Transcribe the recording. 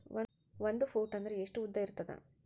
ಒಂದು ಫೂಟ್ ಅಂದ್ರೆ ಎಷ್ಟು ಉದ್ದ ಇರುತ್ತದ?